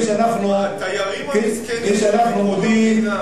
כשאנחנו קוראים, התיירים המסכנים, כשאנחנו,